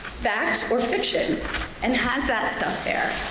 fact or fiction and has that stuff there?